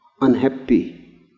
unhappy